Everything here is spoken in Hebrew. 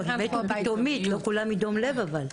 מתו פתאומית, אבל לא כולם מדום לב.